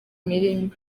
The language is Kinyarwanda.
imirimo